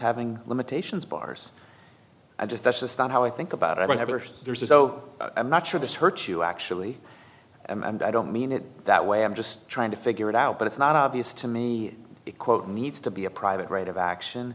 having limitations bars i guess that's just not how i think about it whenever there's a so i'm not sure this hurts you actually and i don't mean it that way i'm just trying to figure it out but it's not obvious to me that quote needs to be a private right of action